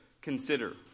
consider